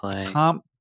Tom